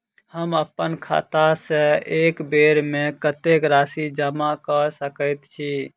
हम अप्पन खाता सँ एक बेर मे कत्तेक राशि जमा कऽ सकैत छी?